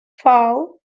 foul